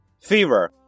fever